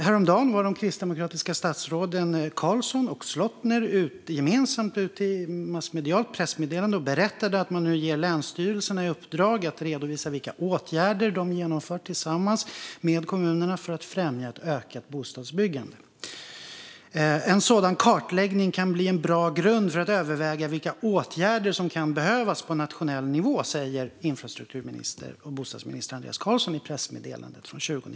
Häromdagen var de kristdemokratiska statsråden Carlson och Slottner gemensamt ute massmedialt och berättade i ett pressmeddelande att man nu ger länsstyrelserna i uppdrag att redovisa vilka åtgärder de tillsammans med kommunerna har genomfört för att främja ett ökat bostadsbyggande. Infrastruktur och bostadsminister Andreas Carlson säger i pressmeddelandet från den 20 januari att en sådan kartläggning kan bli en bra grund för att överväga vilka åtgärder som kan behövas på nationell nivå. Fru talman!